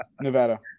nevada